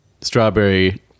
strawberry